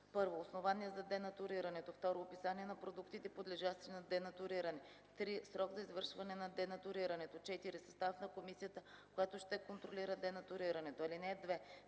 1. основание за денатурирането; 2. описание на продуктите, подлежащи на денатуриране; 3. срок за извършване на денатурирането; 4. състав на комисията, която ще контролира денатурирането. (2)